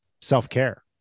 self-care